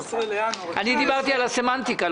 לינואר 2019. דיברתי על הסמנטיקה.